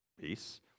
Peace